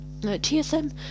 TSM